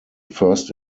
first